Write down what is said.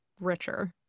richer